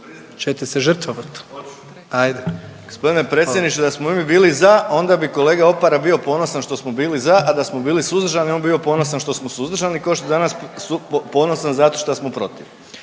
Čete se žrtvovati? Ajde. **Bauk, Arsen (SDP)** Gospodine predsjedniče da smo mi bili za onda bi kolega Opara bio ponosan što smo bili za, a da smo bili suzdržani on bi bio ponosan što smo suzdržani ko što je danas ponosan zato što smo protiv.